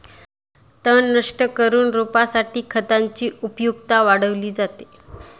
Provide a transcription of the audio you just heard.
तण नष्ट करून रोपासाठी खतांची उपयुक्तता वाढवली जाते